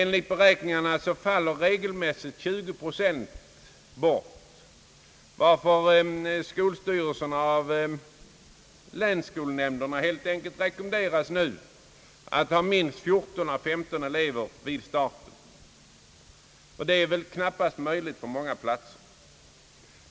Enligt beräkningarna faller regelmässigt 20 procent av de studerande bort, varför skolstyrelserna av länsskolnämnderna helt enkelt rekommenderas att ha minst 14 å 15 elever vid kursens början, och det är väl knappast möjligt på många platser.